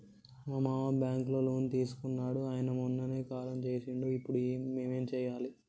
మా మామ బ్యాంక్ లో లోన్ తీసుకున్నడు అయిన మొన్ననే కాలం చేసిండు ఇప్పుడు మేం ఏం చేయాలి?